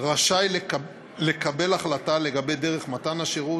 רשאי לקבל החלטה לגבי דרך מתן השירות,